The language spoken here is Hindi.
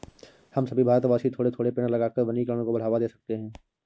हम सभी भारतवासी थोड़े थोड़े पेड़ लगाकर वनीकरण को बढ़ावा दे सकते हैं